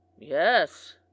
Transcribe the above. Yes